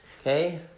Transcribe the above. okay